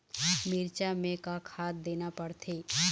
मिरचा मे का खाद देना पड़थे?